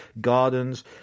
gardens